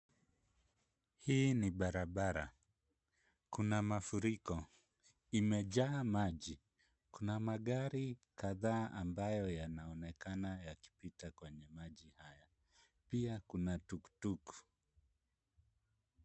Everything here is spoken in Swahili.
Hii ni barabara. Kuna mafuriko. Imejaa maji. Kuna magari kadhaa ambayo yanaonekana yakipita kwenye maji haya. Pia kuna tuktuk .